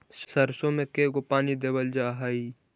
सरसों में के गो पानी देबल जा है?